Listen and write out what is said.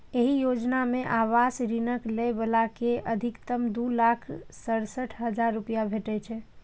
एहि योजना मे आवास ऋणक लै बला कें अछिकतम दू लाख सड़सठ हजार रुपैया भेटै छै